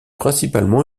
principalement